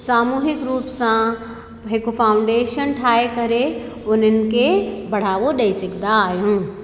सामूहिक रूप सां हिकु फाउंडेशन ठाहे करे उन्हनि खे बढ़ावो ॾेई सघंदा आहियूं